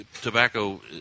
tobacco